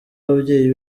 ababyeyi